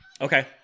Okay